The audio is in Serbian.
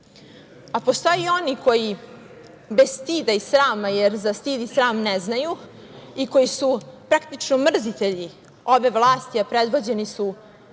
Srbije. Postoje i oni koji bez stida i srama, jer za stid i sram ne znaju i koji su praktično mrzitelji ove vlasti, a predvođeni su